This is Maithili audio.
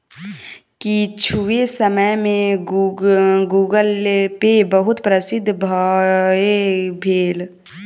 किछुए समय में गूगलपे बहुत प्रसिद्ध भअ भेल